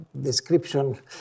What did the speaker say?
description